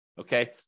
Okay